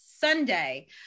Sunday